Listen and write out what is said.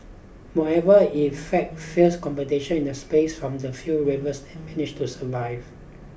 moreover it faced fierce competition in the space from the few that managed to survive